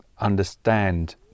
understand